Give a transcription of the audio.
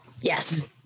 yes